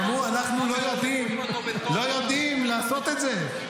שאמרו: אנחנו לא יודעים לעשות את זה.